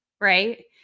right